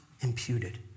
imputed